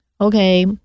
Okay